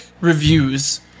reviews